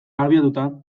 abiatuta